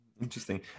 interesting